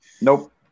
Nope